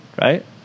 right